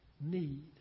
need